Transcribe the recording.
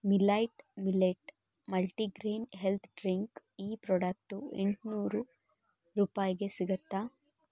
millet millet multigrain health drink ಈ product ಎಂಟುನೂರು ರೂಪಾಯಿಗೆ ಸಿಗತ್ತಾ